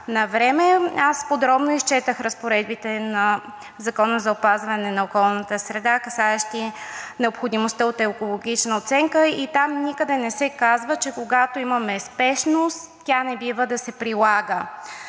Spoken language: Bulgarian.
Подробно изчетох разпоредбите на Закона за опазване на околната среда, касаещи необходимостта от екологична оценка, и там никъде не се казва, че когато имаме спешност, тя не бива да се прилага.